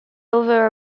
over